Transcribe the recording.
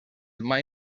mai